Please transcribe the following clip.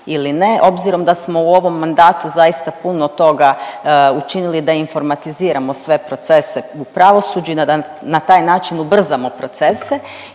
ili ne, obzirom da smo u ovom mandatu zaista puno toga učinili da informatizirano sve procese u pravosuđu i da na taj način ubrzamo procese?